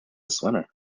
swimmer